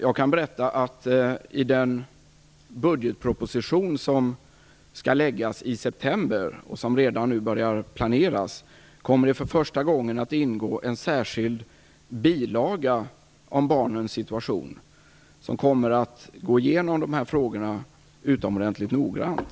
Jag kan berätta att i den budgetproposition som skall läggas fram i september och som redan nu börjar planeras kommer det för första gången att ingå en särskild bilaga om barnens situation, där dessa frågor kommer att gås igenom utomordentligt noggrant.